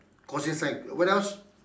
crossing sign what else